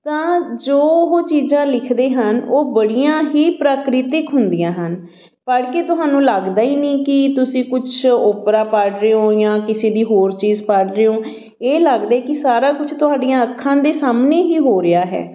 ਤਾਂ ਜੋ ਉਹ ਚੀਜ਼ਾਂ ਲਿਖਦੇ ਹਨ ਉਹ ਬੜੀਆਂ ਹੀ ਪ੍ਰਾਕ੍ਰਿਤਿਕ ਹੁੰਦੀਆਂ ਹਨ ਪੜ੍ਹ ਕੇ ਤੁਹਾਨੂੰ ਲੱਗਦਾ ਹੀ ਨਹੀਂ ਕਿ ਤੁਸੀਂ ਕੁਛ ਓਪਰਾ ਪੜ੍ਹ ਰਹੇ ਹੋ ਜਾਂ ਕਿਸੇ ਦੀ ਹੋਰ ਚੀਜ਼ ਪੜ੍ਹ ਰਹੇ ਹੋ ਇਹ ਲੱਗਦਾ ਕਿ ਸਾਰਾ ਕੁਛ ਤੁਹਾਡੀਆਂ ਅੱਖਾਂ ਦੇ ਸਾਹਮਣੇ ਹੀ ਹੋ ਰਿਹਾ ਹੈ